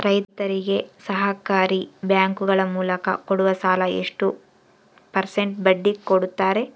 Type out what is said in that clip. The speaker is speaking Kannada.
ರೈತರಿಗೆ ಸಹಕಾರಿ ಬ್ಯಾಂಕುಗಳ ಮೂಲಕ ಕೊಡುವ ಸಾಲ ಎಷ್ಟು ಪರ್ಸೆಂಟ್ ಬಡ್ಡಿ ಕೊಡುತ್ತಾರೆ?